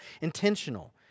intentional